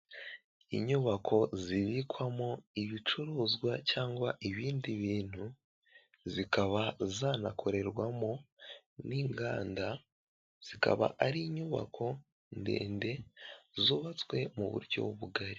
Inyubako zibikwamo ibicuruzwa cyangwa ibindi bintu, zikaba zanakorerwamo n'inganda, zikaba ari inyubako ndende, zubatswe mu buryo bugari.